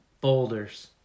Boulders